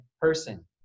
person